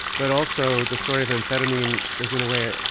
but also the story of amphetamine is, in a way,